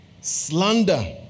slander